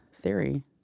Theory